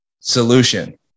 solution